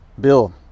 Bill